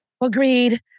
Agreed